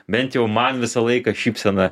bent jau man visą laiką šypseną